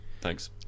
Thanks